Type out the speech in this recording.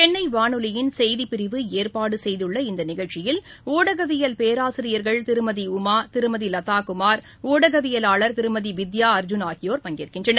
சென்னை வானொலியின் செய்திப்பிரிவு ஏற்பாடு செய்துள்ள இந்த நிகழ்ச்சியில் ஊடகவியல் பேராசிரியர்கள் திருமதி உமா திருமதி லதா குமார் ஊடகவியலாளர் திருமதி வித்யா அர்ஜூன் ஆகியோர் பங்கேற்கின்றனர்